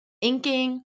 inking